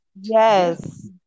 Yes